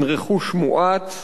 עם רכוש מועט.